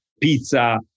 pizza